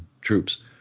troops